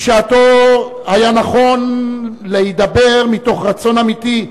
בשעתו היה נכון להידבר מתוך רצון אמיתי,